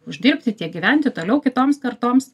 uždirbti tiek gyventi toliau kitoms kartoms